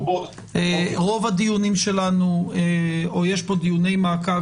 רוב הדיונים שלנו או יש כאן דיוני מעקב